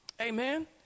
Amen